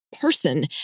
person